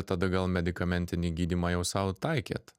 tada gal medikamentinį gydymą jau sau taikėt